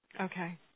Okay